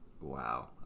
wow